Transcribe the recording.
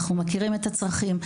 אנחנו מכירים את הצרכים,